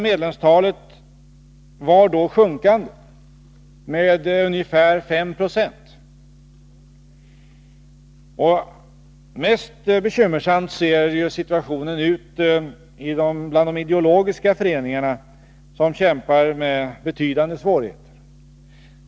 Medlemsantalet minskade med ungefär 5 70 om året. Mest bekymmersam ser situationen ut bland de ideologiska föreningarna, som kämpar med betydande svårigheter.